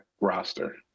roster